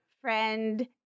friend